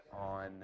on